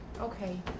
Okay